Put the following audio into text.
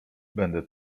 będę